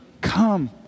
Come